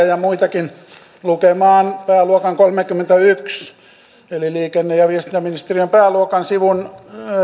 ja muitakin lukemaan pääluokan kolmekymmentäyksi eli liikenne ja viestintäministeriön pääluokan mietinnön sivun